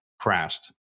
crashed